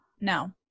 No